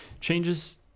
changes